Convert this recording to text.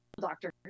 Doctor